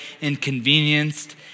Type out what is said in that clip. inconvenienced